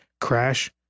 crash